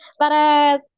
Para